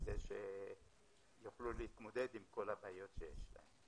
כדי שיוכלו להתמודד עם כל הבעיות שיש להם.